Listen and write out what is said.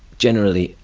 generally,